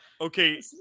Okay